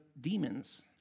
demons